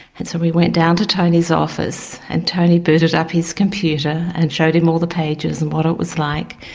and so we went down to tony's office and tony booted up his computer and showed him all the pages and what it was like.